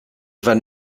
van